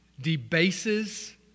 debases